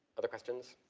other questions?